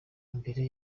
mbere